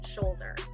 shoulder